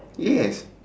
yes